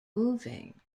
moving